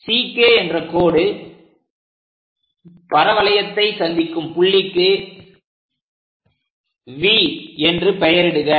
CK என்ற கோடு பரவளையத்தை சந்திக்கும் புள்ளிக்கு V என்று பெயரிடுக